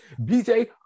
BJ